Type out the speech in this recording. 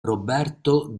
roberto